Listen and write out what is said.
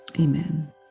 Amen